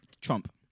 trump